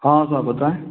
हाँ साहब बताएँ